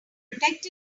protect